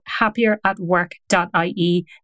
happieratwork.ie